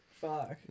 Fuck